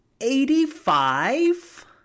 Eighty-five